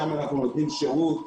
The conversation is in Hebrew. שם אנו נותנים שירות.